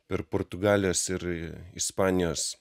per portugalijos ir ispanijos